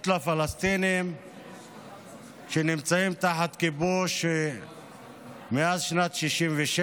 לפלסטינים שנמצאים תחת כיבוש מאז שנת 1967,